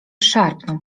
szarpną